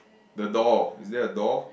the door is there a door